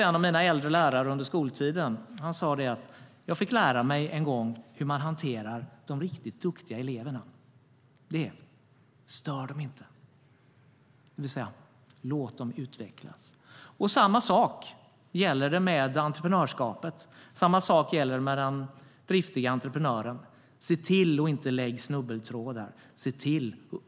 En av mina äldre lärare under skoltiden sa: Jag fick en gång lära mig hur man hanterar de riktigt duktiga eleverna: Stör dem inte. Låt dem utvecklas. Samma sak gäller för entreprenörskapet. Samma sak gäller för den driftiga entreprenören. Lägg inte snubbeltrådar.